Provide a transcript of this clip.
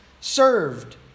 served